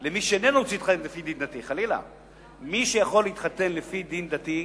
למי שאיננו רוצה להתחתן לפי דין דתי,